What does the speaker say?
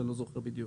אני לא זוכר בדיוק.